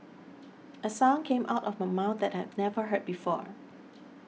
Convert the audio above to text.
a sound came out of my mouth that I'd never heard before